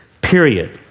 period